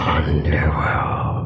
underworld